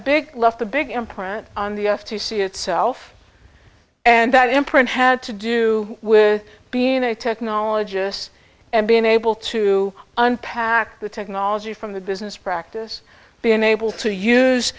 big left a big imprint on the f t c itself and that imprint had to do with being a technologist and being able to unpack the technology from the business practice being able to use